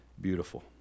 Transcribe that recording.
beautiful